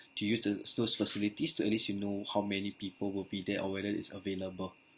to use the those facilities to at least you know how many people will be there or whether is available